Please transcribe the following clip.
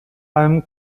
allem